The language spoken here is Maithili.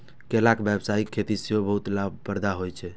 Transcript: केलाक व्यावसायिक खेती सेहो बहुत लाभप्रद होइ छै